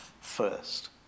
first